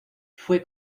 fue